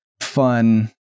fun